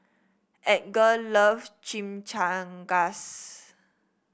Edgar loves Chimichangas